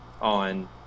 on